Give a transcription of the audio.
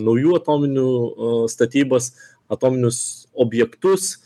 naujų atominių a statybas atominius objektus